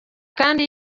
kandi